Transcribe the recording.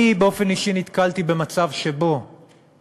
אני באופן אישי נתקלתי במצב שבו